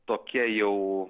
tokia jau